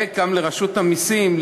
וגם לרשות המסים,